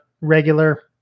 regular